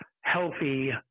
healthy